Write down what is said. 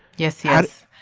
yes. yes.